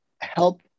help